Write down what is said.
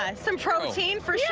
ah some protein for yeah